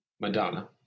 Madonna